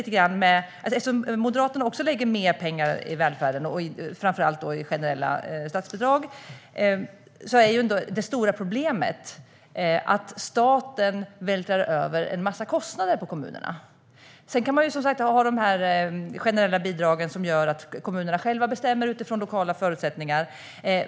Eftersom Moderaterna också lägger mer pengar till välfärden, och framför allt generella statsbidrag, är det stora problemet att staten vältrar över en massa kostnader på kommunerna. Sedan kan man ha generella bidrag som gör att kommunerna själva bestämmer utifrån lokala förutsättningar.